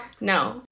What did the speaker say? No